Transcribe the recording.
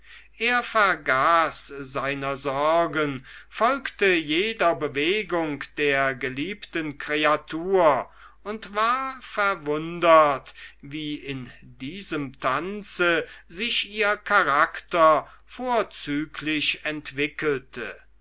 er vergaß seiner sorgen folgte jeder bewegung der geliebten kreatur und war verwundert wie in diesem tanze sich ihr charakter vorzüglich entwickelte